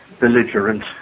belligerent